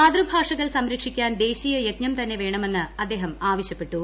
മാതൃഭാഷകൾ സംരക്ഷിക്കാൻ ദേശീയ യജ്ഞം തന്നെ വേണമെന്ന് അദ്ദേഹം ആവശ്യപ്പെട്ടു